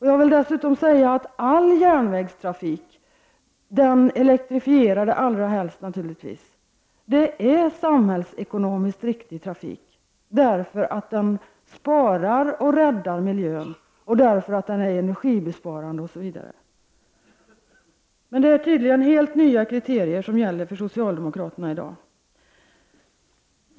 Jag vill dessutom säga att all svensk järnvägstrafik, den elektrifierade allra helst, är samhällsekonomiskt riktig trafik därför att den sparar och räddar miljön och att den är energisparande. Men det är tydligen helt nya kriterier som gäller för socialdemokraterna i dag.